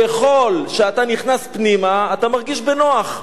ככל שאתה נכנס פנימה, אתה מרגיש בנוח,